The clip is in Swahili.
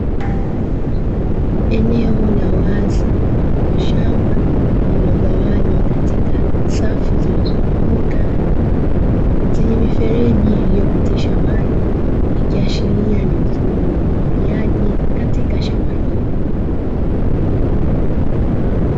Eneo la wazi mfano wa shamba lililogawanywa katika safu zilizonyooka, zenye mifereji iliyopitisha maji ikiiashiria ni mfumo wa umwagiliaji katika shamba hilo.